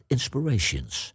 Inspirations